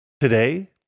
Today